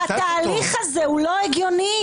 התהליך הזה לא הגיוני.